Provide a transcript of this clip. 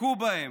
הכו בהם,